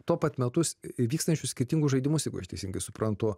tuo pat metus vykstančius skirtingus žaidimus aš teisingai suprantu